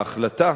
ההחלטה